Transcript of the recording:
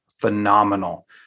phenomenal